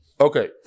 Okay